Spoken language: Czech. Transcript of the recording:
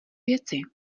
věci